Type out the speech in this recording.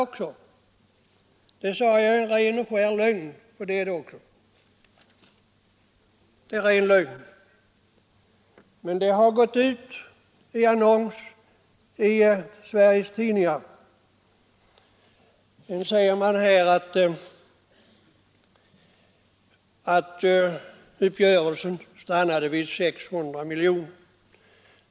Jag sade att det är en ren och skär lögn, och det är det också. Men detta har gått ut i en annons i Sveriges Tidningar. Den riktiga siffran är ungefär hälften eller 1 100 miljoner kronor. Man skriver vidare att uppgörelsen stannade vid 600 miljoner.